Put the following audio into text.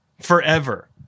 forever